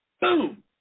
Boom